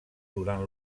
durant